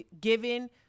given